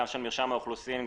גם של מרשם האוכלוסין,